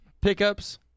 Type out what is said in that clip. pickups